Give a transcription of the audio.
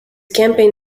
campaign